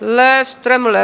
ällää esittelemällä